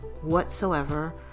whatsoever